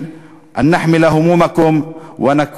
אנו מבטיחים לכם שנישא את דאגותיכם ונהיה